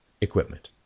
equipment